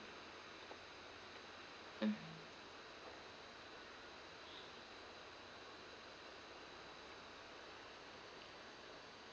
mm